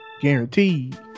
Guaranteed